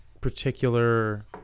particular